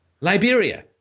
Liberia